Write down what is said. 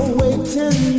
waiting